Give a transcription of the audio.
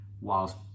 whilst